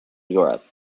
europe